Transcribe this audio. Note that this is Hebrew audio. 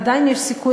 עדיין יש סיכוי,